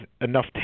enough